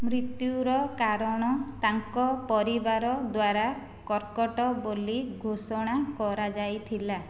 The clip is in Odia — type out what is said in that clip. ମୃତ୍ୟୁର କାରଣ ତାଙ୍କ ପରିବାର ଦ୍ୱାରା କର୍କଟ ବୋଲି ଘୋଷଣା କରାଯାଇଥିଲା